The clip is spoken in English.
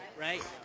Right